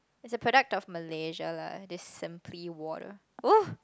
it's a product of Malaysia lah this simply water !woo!